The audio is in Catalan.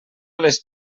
les